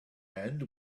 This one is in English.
end